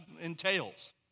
entails